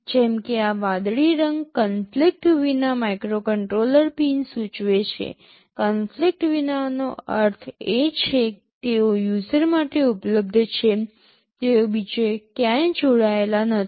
જેમ કે આ વાદળી રંગ કન્ફલીકટ વિના માઇક્રોકન્ટ્રોલર પિન સૂચવે છે કન્ફલીકટ વિનાનો અર્થ એ છે કે તેઓ યુઝર માટે ઉપલબ્ધ છે તેઓ બીજે ક્યાંય જોડાયેલા નથી